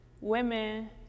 women